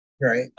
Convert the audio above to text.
Right